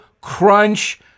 Crunch